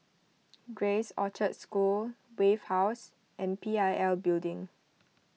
Grace Orchard School Wave House and P I L Building